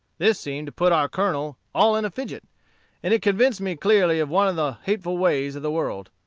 this seemed to put our colonel all in a fidget and it convinced me clearly of one of the hateful ways of the world.